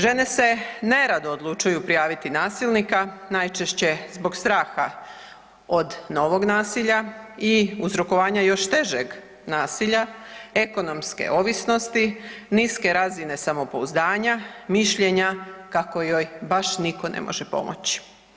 Žene se nerado odlučuju prijaviti nasilnika, najčešće zbog straha od novog nasilja i uzrokovanja još težeg nasilja ekonomske ovisnosti, niske razine samopouzdanja, mišljenja kako joj baš niko ne može pomoći.